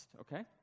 okay